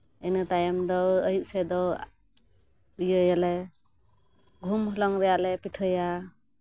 ᱤᱱᱟᱹ ᱛᱟᱭᱚᱢ ᱫᱚ ᱟᱹᱭᱩᱵ ᱥᱮᱫ ᱫᱚ ᱤᱭᱟᱹᱭᱟᱞᱮ ᱜᱩᱦᱩᱢ ᱦᱚᱞᱚᱝ ᱨᱮᱭᱟᱜ ᱞᱮ ᱯᱤᱴᱷᱟᱹᱭᱟ